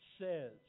says